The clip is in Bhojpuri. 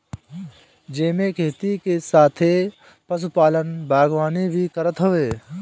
जेमे खेती के साथे पशुपालन, बागवानी भी करत हवे